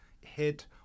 hit